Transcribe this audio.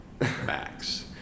Max